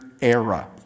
era